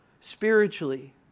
spiritually